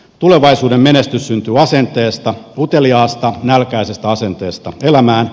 tulevaisuuden menestys syntyy asenteesta uteliaasta nälkäisestä asenteesta elämään